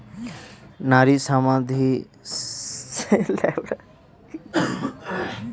নারী সমানাধিকারের জন্য যে সংস্থা গুলো তৈরী করা হয় তাকে ফেমিনিস্ট উদ্যোক্তা বলে